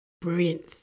Brilliant